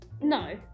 No